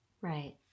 Right